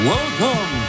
Welcome